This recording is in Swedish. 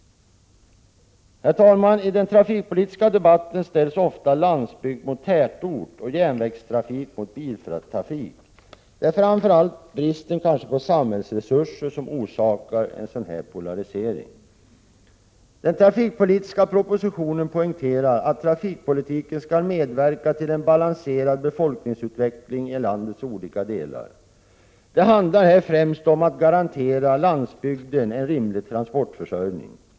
Herr talman! I den trafikpolitiska debatten ställs ofta landsbygd mot tätort och järnvägstrafik mot biltrafik. Det är framför allt bristen på samhällsresurser som orsakar en sådan polarisering. Den trafikpolitiska propositionen poängterar att trafikpolitiken skall medverka till en balanserad befolkningsutveckling i landets olika delar. Det handlar här främst om att garantera landsbygden en rimlig transportförsörjning.